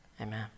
Amen